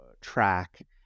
track